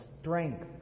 strength